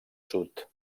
sud